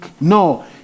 No